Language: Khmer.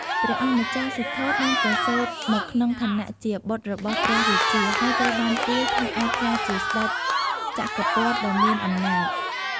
ព្រះអង្គម្ចាស់សិទ្ធត្ថបានប្រសូតមកក្នុងឋានៈជាបុត្ររបស់ព្រះរាជា ហើយត្រូវបានទាយថាអាចក្លាយជាស្តេចចក្រពត្តិដ៏មានអំណាច។